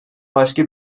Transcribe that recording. başka